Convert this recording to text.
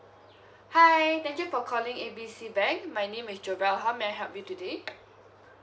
hi thank you for calling A B C bank my name is debra how may I help you today